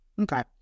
Okay